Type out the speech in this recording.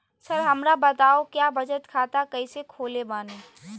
Sir हमरा बताओ क्या बचत खाता कैसे खोले बानी?